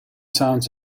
sounds